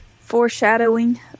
Foreshadowing